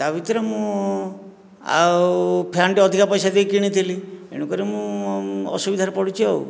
ତା'ଭିତରେ ମୁଁ ଆଉ ଫ୍ୟାନ୍ଟି ଅଧିକା ପଇସା ଦେଇକି କିଣିଥିଲି ତେଣୁ କରି ମୁଁ ଅସୁବିଧାରେ ପଡ଼ୁଛି ଆଉ